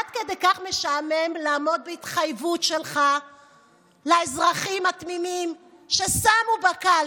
עד כדי כך משעמם לעמוד בהתחייבות שלך לאזרחים התמימים ששמו בקלפי,